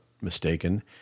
mistaken